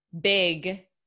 big